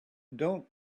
don’t